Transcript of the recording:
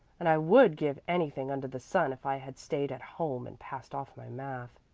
and i would give anything under the sun if i had stayed at home and passed off my math.